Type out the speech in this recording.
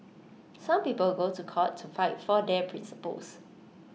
some people go to court to fight for their principles